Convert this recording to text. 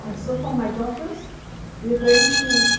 and so for my daughters we're going to,